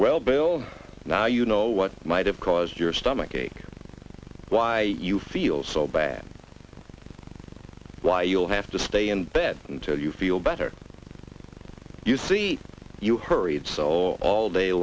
well bill now you know what might have caused your stomach ache why you feel so bad why you'll have to stay in bed until you feel better you see you hurried so all day